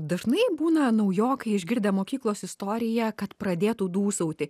dažnai būna naujokai išgirdę mokyklos istoriją kad pradėtų dūsauti